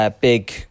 big